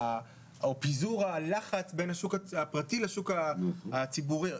או פיזור, הלחץ בין השוק הפרטי לשוק הציבורי.